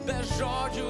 be žodžių